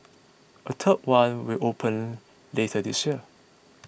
a third one will open later this year